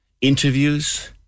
interviews